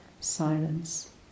silence